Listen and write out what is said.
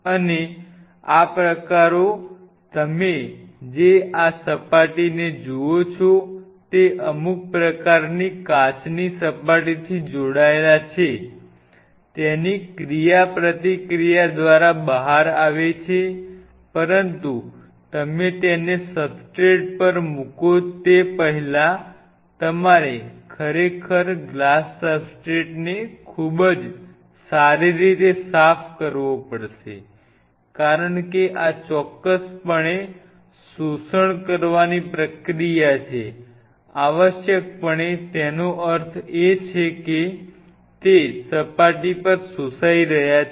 અને આ પ્રકારો તમે જે આ સપાટીને જુઓ છો તે અમુક પ્રકારની કાચની સપાટીથી જોડાયેલા છે તેની ક્રિયાપ્રતિક્રિયા દ્વારા બહાર આવે છે પરંતુ તમે તેને સબસ્ટ્રેટ પર મૂકો તે પહેલાં તમારે ખરેખર ગ્લાસ સબસ્ટ્રેટને ખૂબ જ સારી રીતે સાફ કરવો પડશે કારણ કે આ ચોક્કસપણે શોષણ કરવાની પ્રક્રિયા છે આવશ્યકપણે તેનો અર્થ એ છે કે તે સપાટી પર શોષાઈ રહ્યા છે